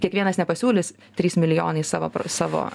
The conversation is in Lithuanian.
kiekvienas nepasiūlys trys milijonai savo savo